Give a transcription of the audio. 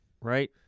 Right